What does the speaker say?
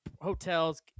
hotels